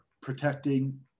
protecting